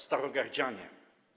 Starogardzianie!